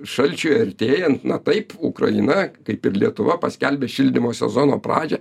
šalčiui artėjant na taip ukraina kaip ir lietuva paskelbė šildymo sezono pradžią